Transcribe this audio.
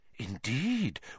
Indeed